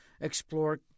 explore